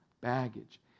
baggage